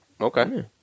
Okay